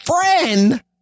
friend